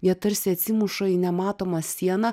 jie tarsi atsimuša į nematomą sieną